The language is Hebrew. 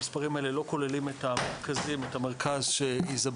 המספרים האלה לא כוללים את המרכז שאיזבל